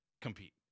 compete